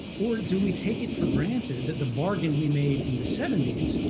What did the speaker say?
or do we take it for granted that the bargain we made in the seventy s,